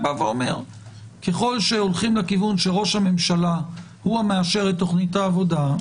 ככל שהולכים לכיוון שראש הממשלה הוא שמאשר את תוכנית העבודה,